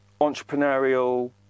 entrepreneurial